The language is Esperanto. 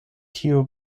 tiu